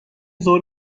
ظهر